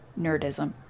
nerdism